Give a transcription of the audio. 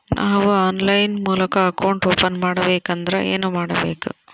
ನಾವು ಆನ್ಲೈನ್ ಮೂಲಕ account open ಮಾಡಬೇಂಕದ್ರ ಏನು ಕೊಡಬೇಕು?